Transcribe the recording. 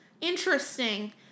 Interesting